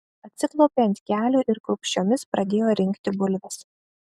atsiklaupė ant kelių ir klūpsčiomis pradėjo rinkti bulves